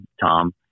Tom